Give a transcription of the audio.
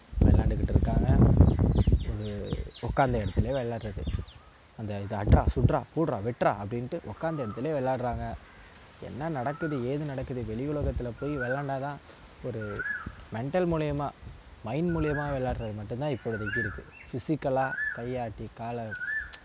விளாண்டுக்கிட்டு இருக்காங்கள் ஒரு உக்காந்த இடத்துலே விளாட்றது அந்த இது அட்றா சுட்றா போட்றா வெட்றா அப்படின்ட்டு உக்காந்த இடத்துலே விளாட்றாங்க என்ன நடக்குது ஏது நடக்குது வெளி உலகத்தில் போய் விளைண்டால் தான் ஒரு மெண்டல் மூலியமாக மைண்ட் மூலியமாக விளாட்றது மட்டும் தான் இப்போதைக்கி இருக்கு ஃபிஸிக்கலா கை ஆட்டி கால